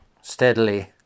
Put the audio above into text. steadily